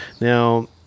Now